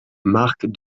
marc